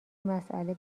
مسئله